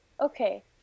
Okay